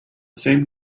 same